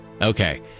Okay